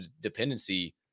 dependency